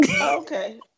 Okay